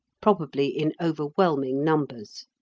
probably in overwhelming numbers.